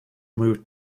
moved